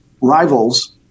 rivals